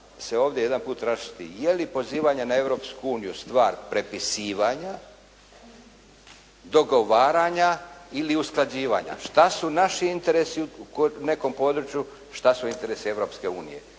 se ovdje jedan put raščisti je li pozivanje na Europsku uniju stvar prepisivanja, dogovaranja ili usklađivanja. Što su naši interesi u nekom području, što su interesi Europske unije?